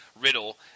riddle